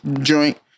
joint